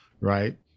Right